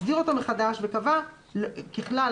הסדיר אותו מחדש וקבע ככלל,